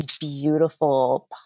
beautiful